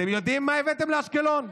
אתם יודעים מה הבאתם לאשקלון?